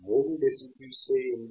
3 decibels యే ఎందుకు